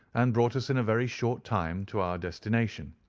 and brought us in a very short time to our destination.